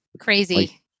crazy